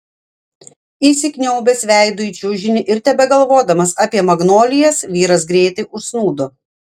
įsikniaubęs veidu į čiužinį ir tebegalvodamas apie magnolijas vyras greitai užsnūdo